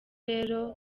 rero